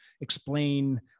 explain